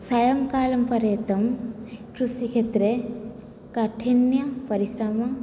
सायङ्कालपर्यन्तं कृषिक्षेत्रे कठिनपरिश्रमं